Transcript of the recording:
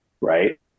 Right